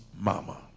mama